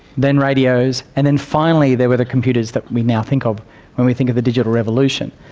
then radios, and then finally there were the computers that we now think of when we think of the digital revolution.